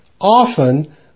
Often